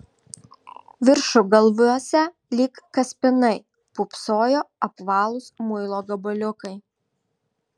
viršugalviuose lyg kaspinai pūpsojo apvalūs muilo gabaliukai